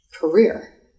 career